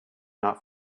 not